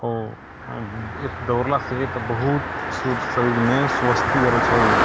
ओ दौड़लासँ तऽ बहुत सुर शरीरमे स्वस्थी अबैत छै